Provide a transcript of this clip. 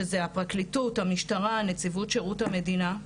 שזה הפרקליטות, המשטרה, נציבות שירות המדינה.